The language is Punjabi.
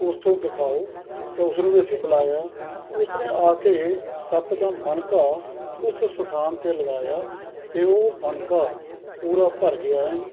ਉਸ ਤੋਂ ਦਿਖਾਉ ਤਾਂ ਉਸਨੂੰ ਅਸੀਂ ਬੁਲਾਇਆ ਉਸਨੇ ਆ ਕੇ ਸੱਪ ਦਾ ਮਣਕਾ ਉਸ ਸਥਾਨ 'ਤੇ ਲਗਾਇਆ ਅਤੇ ਉਹ ਮਣਕਾ ਪੂਰਾ ਭਰ ਗਿਆ ਐਨ